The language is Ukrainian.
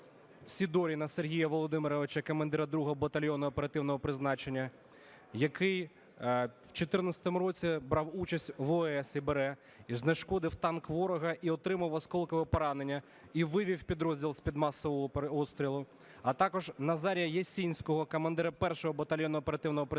Сидоріна Сергія Володимировича – командира 2-го батальйону оперативного призначення, який в 14-му році брав участь в ООС, і бере, і знешкодив танк ворога, і отримав осколкове поранення, і вивів підрозділ з-під масового обстрілу; а також Назарія Ясінського – командира 1-го батальйону оперативного призначення,